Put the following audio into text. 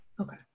Okay